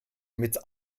mit